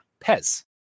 Pez